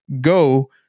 Go